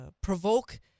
provoke